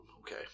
Okay